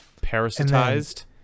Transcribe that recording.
Parasitized